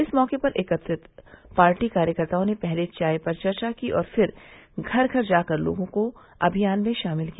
इस मैके पर एकत्रित पार्टी कार्यकर्ताओं ने पहले चाय पर चर्चा की और फिर घर घर जाकर लोगों को अभियान में शामिल किया